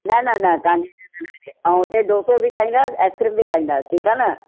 न न न तव्हांजी इज़त न वेंदी ऐं हुते डोसो बि खाईंदासीं आईस्क्रीम बि खाईंदासीं ठीकु आहे न